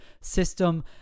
system